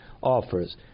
offers